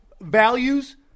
values